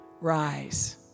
rise